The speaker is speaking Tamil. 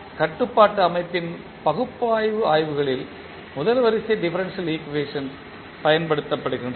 கட்டுப்பாட்டு அமைப்பின் பகுப்பாய்வு ஆய்வுகளில் முதல் வரிசை டிபரன்ஷியல் ஈக்குவேஷன்ஸ் பயன்படுத்தப்படுகின்றன